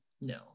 No